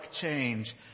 change